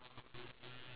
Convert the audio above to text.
tiny